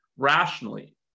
rationally